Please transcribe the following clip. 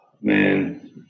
Man